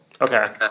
Okay